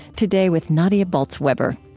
today with nadia bolz-weber.